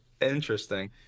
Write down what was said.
interesting